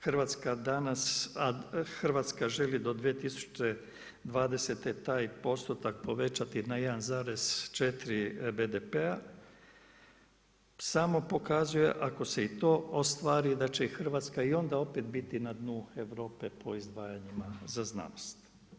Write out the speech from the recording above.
Hrvatska danas, Hrvatska želi do 2020. taj postotak povećati na 1,4 BDP-a samo pokazuje ako se i to ostvari da će Hrvatska i onda opet biti na dnu Europe po izdvajanjima za znanost.